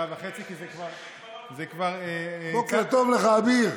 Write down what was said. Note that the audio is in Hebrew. בוקר טוב לך, אביר.